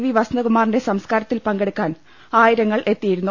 V വസന്തകുമാറിന്റെ സംസ്കാ രത്തിൽ പങ്കെടുക്കാൻ ആയിരങ്ങൾ എത്തിയിരുന്നു